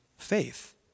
Faith